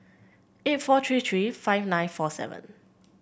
eight four three three five nine four seven